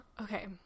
Okay